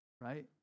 right